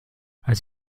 als